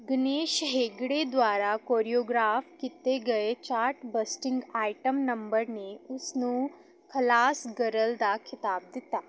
ਗਨੇਸ਼ ਹੇਗੜੇ ਦੁਆਰਾ ਕੋਰੀਓਗ੍ਰਾਫ ਕੀਤੇ ਗਏ ਚਾਰਟ ਬਸਟਿੰਗ ਆਈਟਮ ਨੰਬਰ ਨੇ ਉਸ ਨੂੰ ਖਲਾਸ ਗਰਲ ਦਾ ਖਿਤਾਬ ਦਿੱਤਾ